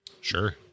Sure